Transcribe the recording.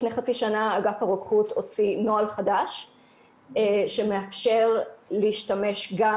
לפני חצי שנה אגף הרוקחות הוציא נוהל חדש שמאפשר להשתמש גם